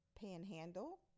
Panhandle